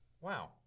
Wow